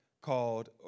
called